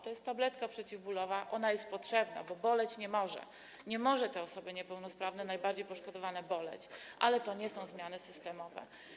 To jest tabletka przeciwbólowa, ona jest potrzebna, bo boleć nie może, nie może tych osób niepełnosprawnych, najbardziej poszkodowanych boleć, ale to nie są zmiany systemowe.